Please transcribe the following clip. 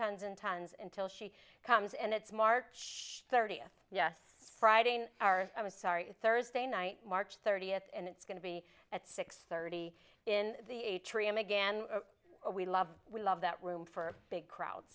tons and tons and till she comes and it's march thirtieth yes it's friday in our i was sorry thursday night march thirtieth and it's going to be at six thirty in the atrium again we love we love that room for big crowds